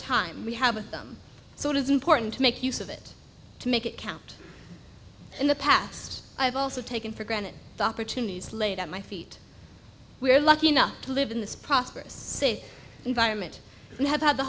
time we have with them so it is important to make use of it to make it count in the past i've also taken for granted the opportunities laid at my feet we are lucky enough to live in this prosperous safe environment and have had the